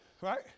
Right